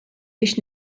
biex